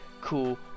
cool